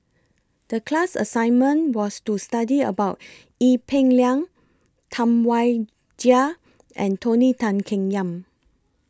The class assignment was to study about Ee Peng Liang Tam Wai Jia and Tony Tan Keng Yam